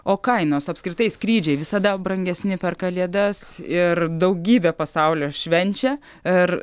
o kainos apskritai skrydžiai visada brangesni per kalėdas ir daugybė pasaulio švenčia ir